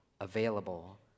available